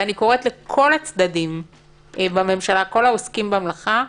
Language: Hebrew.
ואני קוראת לכל הצדדים בממשלה, כל העוסקים במלאכה,